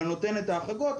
אלא נותן את ההחרגות.